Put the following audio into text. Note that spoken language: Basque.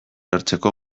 hartzeko